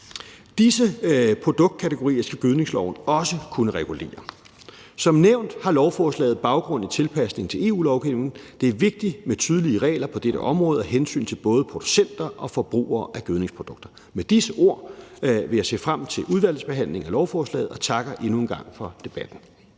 Disse produktkategorier skal gødningsloven også kunne regulere. Som nævnt har lovforslaget baggrund i tilpasning til EU-lovgivning. Det er vigtigt med tydelige regler på dette område af hensyn til både producenter og forbrugere af gødningsprodukter. Med disse ord vil jeg se frem til udvalgsbehandlingen af lovforslaget, og jeg takker endnu en gang for debatten.